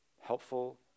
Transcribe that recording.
helpful